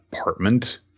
apartment